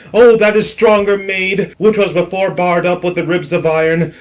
o! that is stronger made, which was before barr'd up with ribs of iron.